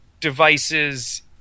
devices